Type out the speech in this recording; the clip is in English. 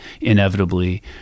Inevitably